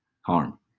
harm